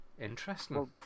Interesting